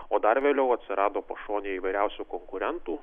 o dar vėliau atsirado pašonėj įvairiausių konkurentų